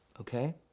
okay